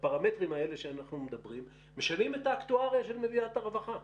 שהפרמטרים האלה שאנחנו מדברים משנים את האקטואריה של מדינת הרווחה.